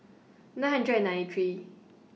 nine hundred and ninety three